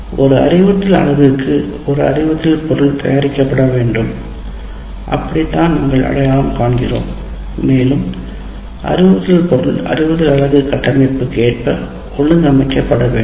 ஒரு அறிவுறுத்தல் பகுதிக்கு ஒரு அறிவுறுத்தல் பொருள் தயாரிக்கப்பட வேண்டும் அப்படித்தான் நாங்கள் அடையாளம் காண்கிறோம் மேலும் அறிவுறுத்தல் பொருள் அறிவுறுத்தல் அலகு கட்டமைப்பிற்கு ஏற்ப ஒழுங்கமைக்கப்பட வேண்டும்